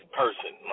person